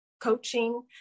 coaching